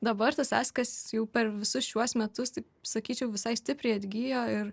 dabar tas askas jau per visus šiuos metus tai sakyčiau visai stipriai atgijo ir